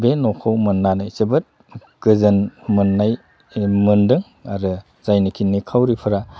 बे न'खौ मोननानै जोबोद गोजोन मोननाय मोनदों आरो जायनिखि निखावरिफोरा